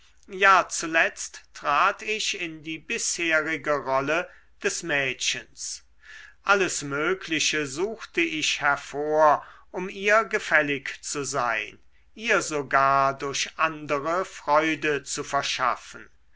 ja zuletzt trat ich in die bisherige rolle des mädchens alles mögliche suchte ich hervor um ihr gefällig zu sein ihr sogar durch andere freude zu verschaffen